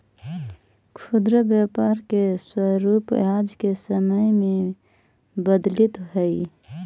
खुदरा व्यापार के स्वरूप आज के समय में बदलित हइ